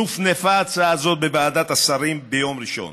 נופנפה הצעה זו בוועדת השרים ביום ראשון.